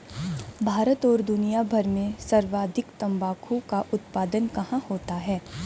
भारत और दुनिया भर में सर्वाधिक तंबाकू का उत्पादन कहां होता है?